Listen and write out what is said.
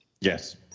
Yes